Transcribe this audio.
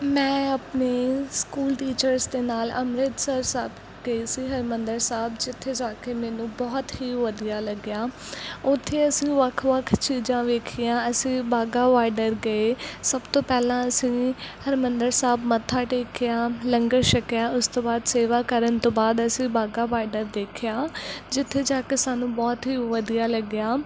ਮੈਂ ਆਪਣੇ school teachers ਦੇ ਨਾਲ ਅੰਮ੍ਰਿਤਸਰ ਸਾਹਿਬ ਗਈ ਸੀ ਹਰਿਮੰਦਰ ਸਾਹਿਬ ਜਿੱਥੇ ਜਾ ਕੇ ਮੈਨੂੰ ਬਹੁਤ ਹੀ ਵਧੀਆ ਲੱਗਿਆ ਉੱਥੇ ਅਸੀਂ ਵੱਖ ਵੱਖ ਚੀਜ਼ਾਂ ਵੇਖੀਆਂ ਅਸੀਂ ਵਾਹਗਾ ਵਾਡਰ ਗਏ ਸਭ ਤੋਂ ਪਹਿਲਾਂ ਅਸੀਂ ਹਰਿਮੰਦਰ ਸਾਹਿਬ ਮੱਥਾ ਟੇਕਿਆ ਲੰਗਰ ਛਕਿਆ ਉਸ ਤੋਂ ਬਾਅਦ ਸੇਵਾ ਕਰਨ ਤੋਂ ਬਾਅਦ ਅਸੀਂ ਵਾਹਗਾ ਬਾਰਡਰ ਦੇਖਿਆ ਜਿੱਥੇ ਜਾ ਕੇ ਸਾਨੂੰ ਬਹੁਤ ਹੀ ਵਧੀਆ ਲੱਗਿਆ